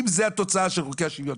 אם זו התוצאה של חוקי השוויון,